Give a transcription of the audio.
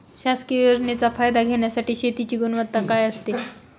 शासकीय योजनेचा फायदा घेण्यासाठी शेतीची गुणवत्ता काय असते?